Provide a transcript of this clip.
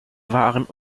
waren